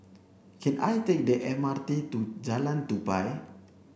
can I take the M R T to Jalan Tupai